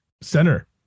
center